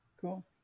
Cool